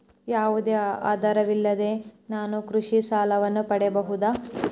ಯಾವುದೇ ಆಧಾರವಿಲ್ಲದೆ ನಾನು ಕೃಷಿ ಸಾಲವನ್ನು ಪಡೆಯಬಹುದಾ?